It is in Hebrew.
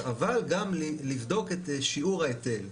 אבל גם לבדוק את שיעור ההיטל.